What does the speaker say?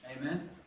Amen